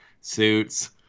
suits